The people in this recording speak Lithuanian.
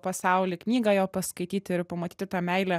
pasaulį knygą jo paskaityti ir pamatyti tą meilę